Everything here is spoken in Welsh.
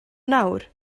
nawr